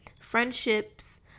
friendships